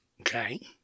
Okay